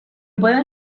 pueden